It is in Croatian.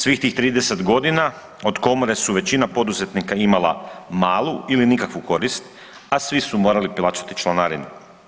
Svih tih 30 godina od komore su većina poduzetnika imala malu ili nikakvu korist, a svi su morali plaćati članarinu.